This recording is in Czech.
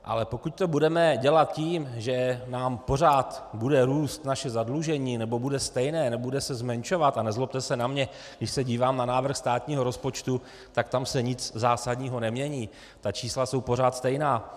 Ale pokud to budeme dělat tím, že nám pořád bude růst naše zadlužení, nebo bude stejné, nebude se zmenšovat, a nezlobte se na mě, když se dívám na návrh státního rozpočtu, tak tam se nic zásadního nemění, ta čísla jsou pořád stejná.